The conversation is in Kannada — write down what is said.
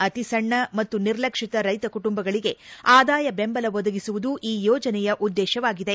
ಅತಿ ಸಣ್ಣ ಮತ್ತು ನಿರ್ಲಕ್ಷಿತ ರೈತ ಕುಟುಂಬಗಳಿಗೆ ಆದಾಯ ಬೆಂಬಲ ಒದಗಿಸುವುದು ಈ ಯೋಜನೆಯ ಉದ್ದೇಶವಾಗಿದೆ